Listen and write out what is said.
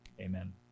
Amen